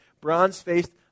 bronze-faced